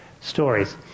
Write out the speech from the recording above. stories